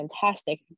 fantastic